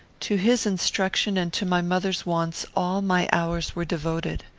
to his instruction and to my mother's wants all my hours were devoted.